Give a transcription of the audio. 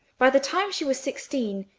by the time she was sixteen,